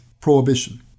prohibition